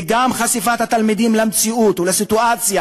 וגם חשיפת התלמידים למציאות ולסיטואציה